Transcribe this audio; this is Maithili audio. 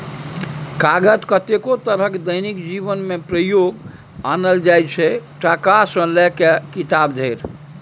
कागत कतेको तरहक दैनिक जीबनमे प्रयोग आनल जाइ छै टका सँ लए कए किताब धरि